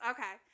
Okay